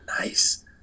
nice